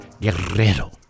Guerrero